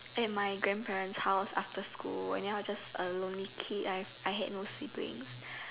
at my grandparents house after school and then I was just a lonely kid I have I had no sibling